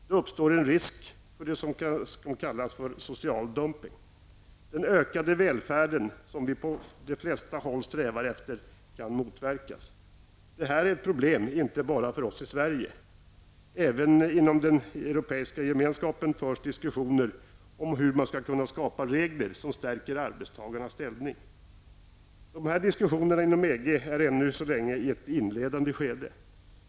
Det uppstår en risk för det som kallas social dumpning. Den ökade välfärden som vi på de flesta håll strävar efter kan motverkas. Det här är ett problem inte bara för oss i Sverige. Även inom Europeiska gemenskapen förs diskussioner om hur man skall kunna skapa regler som stärker arbetstagarnas ställning. De här diskussionerna inom EG är ännu så länge i ett inledande skede.